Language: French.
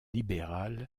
libéral